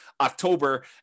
October